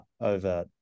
over